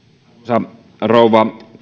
arvoisa rouva